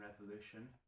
Revolution